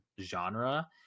genre